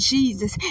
Jesus